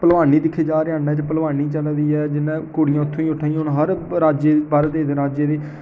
पहलवानी दिक्खी जा हरियाणा च पहलवानी चला दी ऐ जि'न्ने कुड़ियां उठी उठियै हून हर राज्ये दे भारत देश दे राज्यें दी